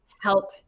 help